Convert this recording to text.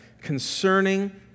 concerning